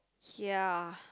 ya